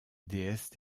déesse